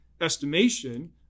estimation